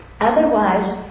otherwise